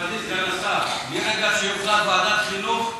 מכובדי סגן השר, מרגע שיוחלט על ועדת החינוך,